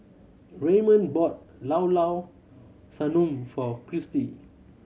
Raymond bought Llao Llao Sanum for Kristi